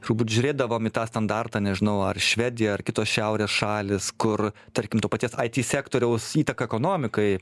turbūt žiūrėdavom į tą standartą nežinau ar švedija ar kitos šiaurės šalys kur tarkim to paties it sektoriaus įtaka ekonomikai